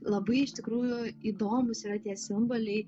labai iš tikrųjų įdomūs yra tie simboliai